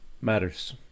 matters